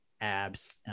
abs